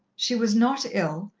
she was not ill,